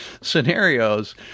scenarios